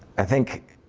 i think